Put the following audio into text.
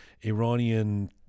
Iranian